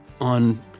on